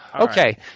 Okay